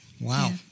Wow